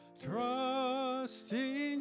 Trusting